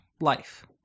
life